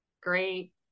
Great